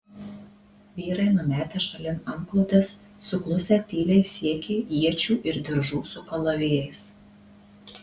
vyrai numetę šalin antklodes suklusę tyliai siekė iečių ir diržų su kalavijais